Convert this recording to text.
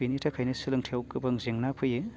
बिनि थाखायनो सोलोंथायाव गोबां जेंना फैयो